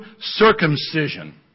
circumcision